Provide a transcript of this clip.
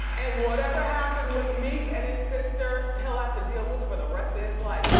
and whatever happened with meek and his sister, he'll have to deal with for the rest of his life.